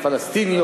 הפלסטיני,